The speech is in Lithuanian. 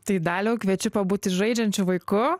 tai daliau kviečiu pabūti žaidžiančiu vaiku